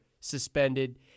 suspended